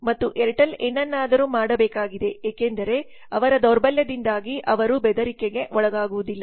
ಮತ್ತು ಏರ್ಟೆಲ್ ಏನನ್ನಾದರೂ ಮಾಡಬೇಕಾಗಿದೆ ಏಕೆಂದರೆ ಅವರ ದೌರ್ಬಲ್ಯದಿಂದಾಗಿ ಅವರು ಬೆದರಿಕೆಗೆ ಒಳಗಾಗುವುದಿಲ್ಲ